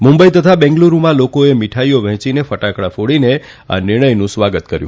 મુંબઇ તથા બેંગલુરૂમાં લોકોઐ મીઠાઇ વહેંચી તથા ફટાકડા ફોડીને આ નિર્ણયનું સ્વાગત કર્યું